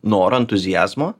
noro entuziazmo